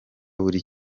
buri